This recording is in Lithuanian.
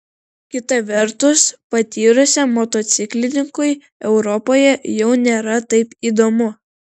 kita vertus patyrusiam motociklininkui europoje jau nėra taip įdomu